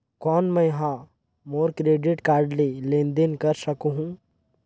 कौन मैं ह मोर क्रेडिट कारड ले लेनदेन कर सकहुं?